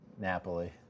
Napoli